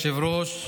אדוני היושב-ראש,